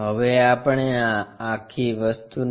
હવે આપણે આ આખી વસ્તુને